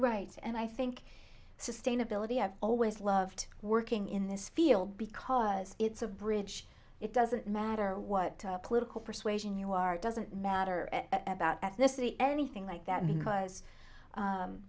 right and i think sustainability have always loved working in this field because it's a bridge it doesn't matter what political persuasion you are it doesn't matter at about ethnicity anything like that because